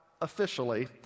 officially